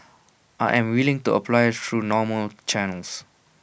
I'm willing to apply through normal channels